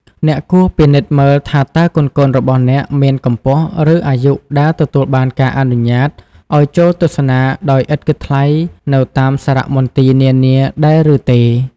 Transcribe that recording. អ្នកគួរពិនិត្យមើលថាតើកូនៗរបស់អ្នកមានកម្ពស់ ឬអាយុដែលទទួលបានការអនុញ្ញាតឱ្យចូលទស្សនាដោយឥតគិតថ្លៃនៅតាមសារមន្ទីរនានាដែរឬទេ។